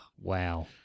Wow